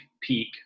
peak